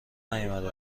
نیامده